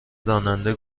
راننده